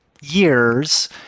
Years